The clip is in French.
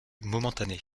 momentané